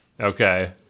Okay